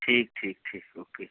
ठीक ठीक ठीक ओके